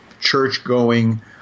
church-going